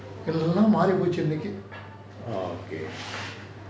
okay